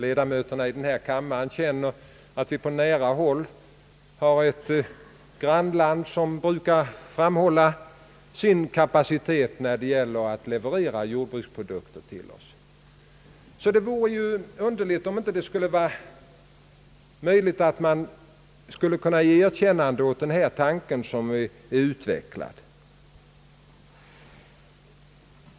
Ledamöterna i denna kammare känner också till att vi på nära håll har ett grannland, som brukar framhålla sin kapacitet när det gäller att leverera jordbruksprodukter till oss. Det vore därför underligt om man inte skulle kunna ge ett erkännande åt den tanke som här har utvecklats.